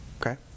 okay